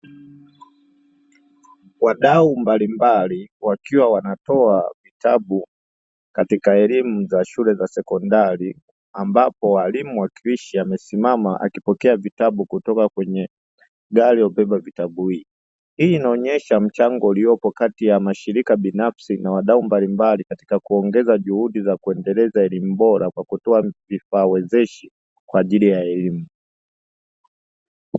Wadau mbalimbali wakiwa wanatoa vitabu katika elimu za shule za sekondari, ambapo walimu wakilishi amesimama akiwa anapokea vitabu mbalimbali kutoka kwenye gari lililo beba vitabu hivi. Hii inaonyesha mchango uliopo kati ya mashirika binafsi na wadau mbalimbali katika kuongeza juhudi za kuendeleza elimu bora kwa kutoa vifaa wezeshi kwa ajili ya elimu.